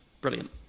brilliant